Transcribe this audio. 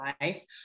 life